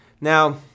Now